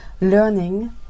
learning